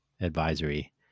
advisory